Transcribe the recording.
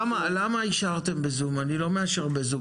עלה קודם שהרשויות לא מודעות לפוטנציאל